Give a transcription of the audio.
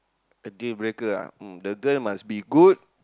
a deal breaker ah um the girl must be good